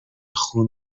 خون